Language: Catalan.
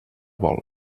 vol